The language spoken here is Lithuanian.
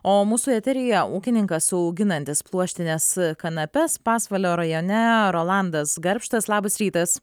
o mūsų eteryje ūkininkas auginantis pluoštines kanapes pasvalio rajone rolandas garbštas labas rytas